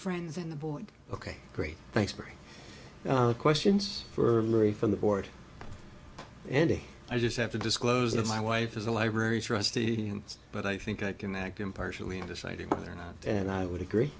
friends and the board ok great thanks very questions for marie from the board andy i just have to disclose that my wife is a library trustee and but i think i can act impartially in deciding whether or not and i would agree